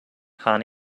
han